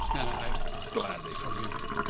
and i gladly forgive him.